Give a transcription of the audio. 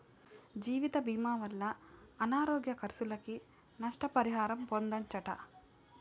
జీవితభీమా వల్ల అనారోగ్య కర్సులకి, నష్ట పరిహారం పొందచ్చట